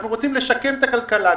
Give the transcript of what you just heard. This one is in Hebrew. אנחנו רוצים לשקם את הכלכלה.